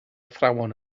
athrawon